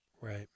right